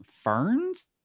ferns